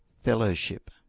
fellowship